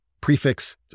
prefix